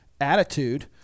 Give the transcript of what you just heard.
attitude